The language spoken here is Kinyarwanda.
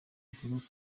ivuga